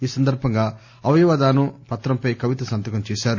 ఈ సందర్భంగా అవయవ దానం పత్రంపై కవిత సంతకం చేశారు